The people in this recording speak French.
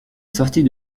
sortie